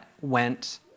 went